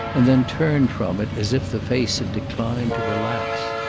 and then turned from it as if the face had declined to relax.